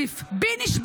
עופר כסיף: בי נשבעתי,